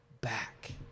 back